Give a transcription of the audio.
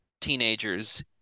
teenagers